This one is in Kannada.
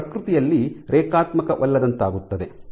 ಇದು ಪ್ರಕೃತಿಯಲ್ಲಿ ರೇಖಾತ್ಮಕವಲ್ಲದಂತಾಗುತ್ತದೆ